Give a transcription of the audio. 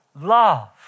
love